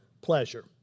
pleasure